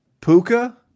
Puka